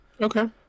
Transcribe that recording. Okay